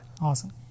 Awesome